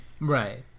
Right